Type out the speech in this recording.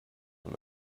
from